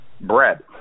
bread